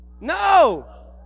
No